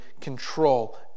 control